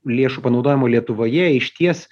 lėšų panaudojimo lietuvoje išties